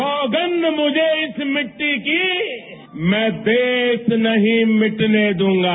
सौगंध मुझे इस मिट्टी की मैं देश नहीं मिटने दूंगा